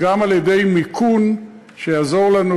וגם על-ידי מיכון שיעזור לנו.